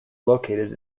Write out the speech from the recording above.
located